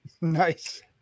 Nice